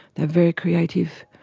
they're very creative,